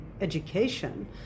education